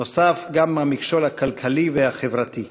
נוסף גם המכשול הכלכלי והחברתי.